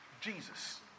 Jesus